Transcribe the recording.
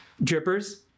drippers